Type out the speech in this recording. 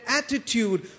attitude